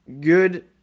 good